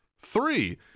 Three